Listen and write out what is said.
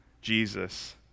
Jesus